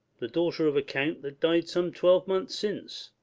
the daughter of a count that died some twelvemonth since,